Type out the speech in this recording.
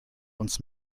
uns